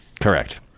Correct